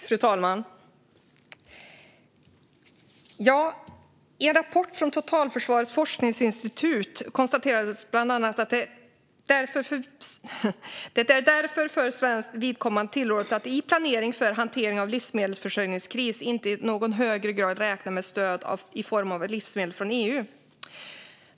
Fru talman! I en rapport från Totalförsvarets forskningsinstitut konstaterades bland annat att det för svenskt vidkommande är tillrådligt att i planering för hantering av livsmedelsförsörjningskris inte i någon högre grad räkna med stöd i form av livsmedel från EU.